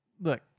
look